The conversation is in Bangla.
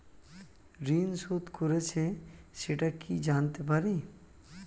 ঋণ শোধ করেছে সেটা কি জানতে পারি?